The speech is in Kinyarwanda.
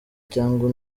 cyangwa